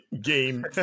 game